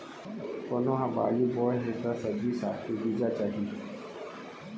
कोनो ह बाड़ी बोए हे त सब्जी साग के बीजा चाही